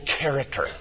character